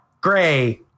gray